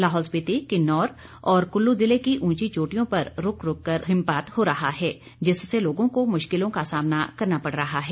लाहौल स्पिति किन्नौर और कुल्लू जिले की उंची चोटियों पर रूक रूक कर बर्फबारी हो रही है जिससे लोगों को मुश्किलों को सामना करना पड़ रहा है